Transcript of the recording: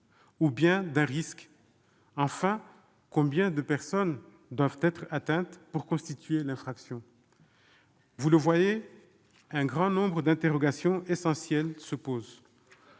ou bien d'un risque ? Enfin, combien de personnes doivent-elles être atteintes pour que l'infraction soit constituée ? Vous le voyez, un grand nombre d'interrogations essentielles se posent.